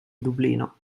dublino